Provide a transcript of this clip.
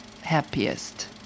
happiest